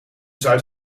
zuid